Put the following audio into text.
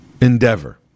endeavor